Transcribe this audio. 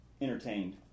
entertained